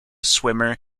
swimmer